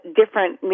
different